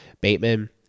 Bateman